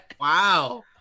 Wow